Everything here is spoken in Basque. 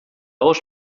bost